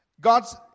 God's